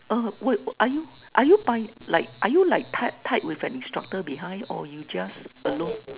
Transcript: uh were are you are you bin~ like are you like tied tied with an instructor behind or you just alone